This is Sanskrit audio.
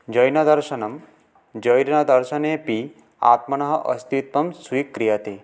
जैनदर्शनं जैनदर्शनेऽपि आत्मनः अस्तित्त्वं स्वीक्रियते